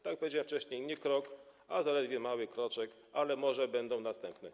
Tak jak powiedziałem wcześniej, to nie krok, a zaledwie mały kroczek, ale może będą następne.